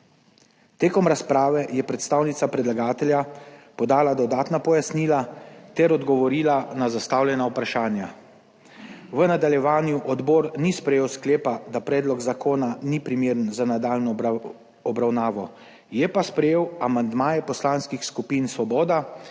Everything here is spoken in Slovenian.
Med razpravo je predstavnica predlagatelja podala dodatna pojasnila ter odgovorila na zastavljena vprašanja. V nadaljevanju odbor ni sprejel sklepa, da predlog zakona ni primeren za nadaljnjo obravnavo, je pa sprejel amandmaje poslanskih skupin Svoboda,